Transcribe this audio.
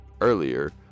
earlier